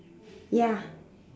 ya